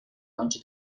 آنچه